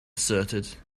asserted